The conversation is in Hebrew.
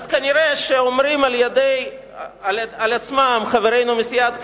אז כנראה אומרים על עצמם חברינו מסיעת קדימה,